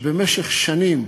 ובמשך שנים